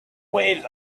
waves